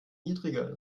niedriger